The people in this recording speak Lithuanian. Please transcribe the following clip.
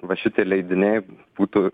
va šitie leidiniai būtų